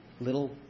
little